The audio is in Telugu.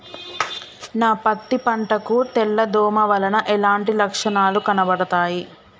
నా పత్తి పంట కు తెల్ల దోమ వలన ఎలాంటి లక్షణాలు కనబడుతాయి?